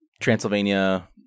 Transylvania –